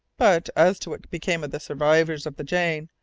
but, as to what became of the survivors of the jane,